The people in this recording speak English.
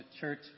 church